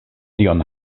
tion